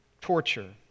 torture